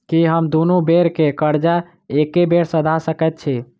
की हम दुनू बेर केँ कर्जा एके बेर सधा सकैत छी?